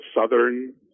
southern